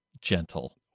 gentle